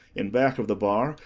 in back of the bar,